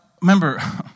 remember